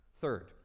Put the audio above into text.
Third